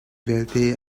vialte